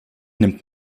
nimmt